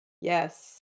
Yes